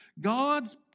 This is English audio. God's